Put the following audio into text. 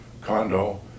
condo